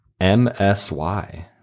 MSY